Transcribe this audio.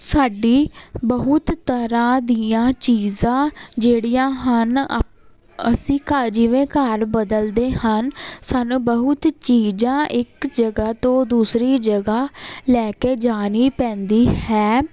ਸਾਡੀ ਬਹੁਤ ਤਰ੍ਹਾਂ ਦੀਆਂ ਚੀਜ਼ਾਂ ਜਿਹੜੀਆਂ ਹਨ ਅਸੀਂ ਘ ਜਿਵੇਂ ਘਰ ਬਦਲਦੇ ਹਨ ਸਾਨੂੰ ਬਹੁਤ ਚੀਜਾਂ ਇੱਕ ਜਗ੍ਹਾ ਤੋਂ ਦੂਸਰੀ ਜਗ੍ਹਾ ਲੈ ਕੇ ਜਾਣੀ ਪੈਂਦੀ ਹੈ